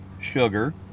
sugar